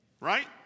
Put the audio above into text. Right